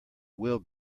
will